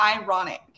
ironic